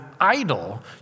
idol